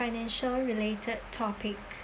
financial related topic